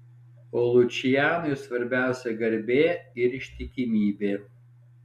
o lučianui svarbiausia garbė ir ištikimybė